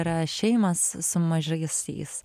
yra šeimos su mažaisiais